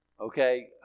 Okay